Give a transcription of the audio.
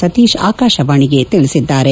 ಸತೀಶ್ ಆಕಾಶವಾಣಿಗೆ ತಿಳಿಸಿದ್ದಾರೆ